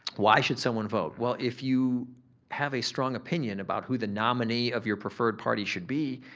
why should someone vote? well, if you have a strong opinion about who the nominee of your preferred party should be,